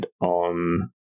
on